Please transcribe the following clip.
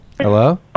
Hello